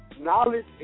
knowledge